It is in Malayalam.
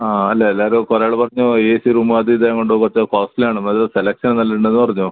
ആ അല്ല എല്ലാവരും കുറെ ആൾ പറഞ്ഞു എ സി റൂമ് അത് ഇത് കൊണ്ടും കുറച്ച് കോസ്റ്റ്ലിയാണ് അത് സെലക്ഷൻ നല്ല ഉണ്ടെന്ന് പറഞ്ഞു